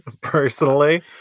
personally